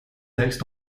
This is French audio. textes